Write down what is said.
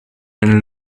een